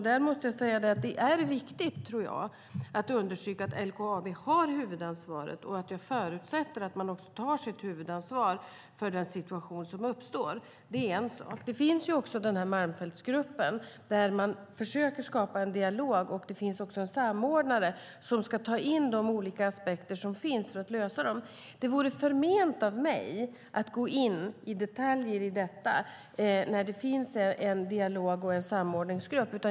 Det är viktigt att understryka att LKAB har huvudansvaret och att det förutsätter att man tar sitt huvudansvar för den situation som uppstår. Det är en sak. Det finns en Malmfältsgrupp som försöker skapa en dialog, och det finns också en samordnare som ska ta in olika aspekter för att försöka lösa problemen. Det vore förment av mig att gå in på detaljer i detta när det finns en dialog och en samordningsgrupp.